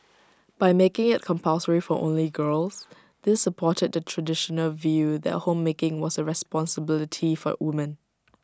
by making IT compulsory for only girls this supported the traditional view that homemaking was A responsibility for women